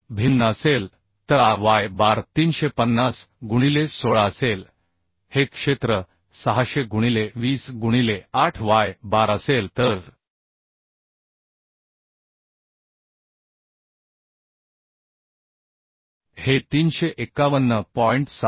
भिन्न असेल तर Ay बार 350 गुणिले 16 असेल हे क्षेत्र 600 गुणिले 20 गुणिले 8 वाय बार असेल तर हे 351